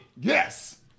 Yes